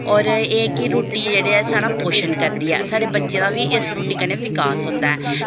और एह् ऐ कि रुट्टी जेह्ड़ा साढ़ा पोशण करदी ऐ साढ़े बच्चें दा बी इस रुट्टी कन्नै विकास होंदा ऐ ते